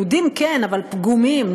כן יהודים אבל פגומים,